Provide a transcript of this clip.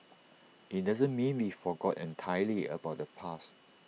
IT doesn't mean we forgot entirely about the past